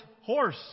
horse